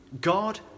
God